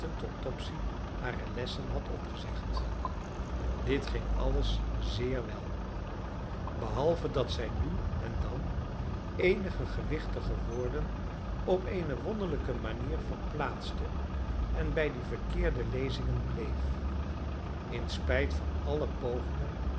tot topsy hare lessen had opgezegd dit ging alles zeer wel behalve dat zij nu en dan eenige gewichtige woorden op eene wonderlijke manier verplaatste en bij die verkeerde lezingen bleef in spijt van alle pogingen